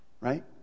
Right